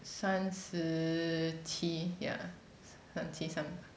三十七 ya 三七三八